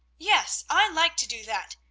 yes, i like to do that!